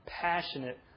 passionate